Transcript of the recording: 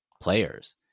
players